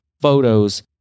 photos